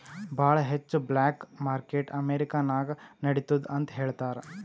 ಭಾಳ ಹೆಚ್ಚ black market America ನಾಗ್ ನಡಿತ್ತುದ್ ಅಂತ್ ಹೇಳ್ತಾರ್